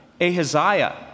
Ahaziah